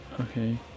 Okay